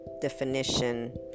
definition